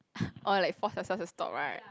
orh like force yourself to stop right